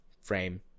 Frame